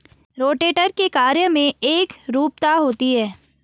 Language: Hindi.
रोटेटर के कार्य में एकरूपता होती है